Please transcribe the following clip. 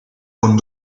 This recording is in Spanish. con